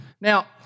Now